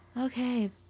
Okay